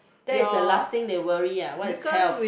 that is the last thing they worry ah what is health